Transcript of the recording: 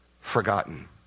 forgotten